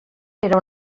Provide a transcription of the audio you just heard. era